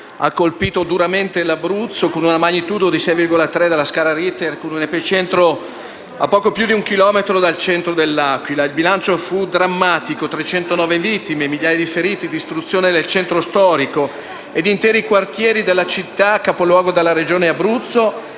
ha colpito duramente l'Abruzzo con una magnitudo di 6,3 della scala Richter, con un epicentro a poco più di un chilometro dal centro dell'Aquila. Il bilancio fu drammatico: 309 vittime, migliaia di feriti, distruzione del centro storico e di interi quartieri della città, capoluogo della Regione Abruzzo,